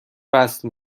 وصل